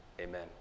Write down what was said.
Amen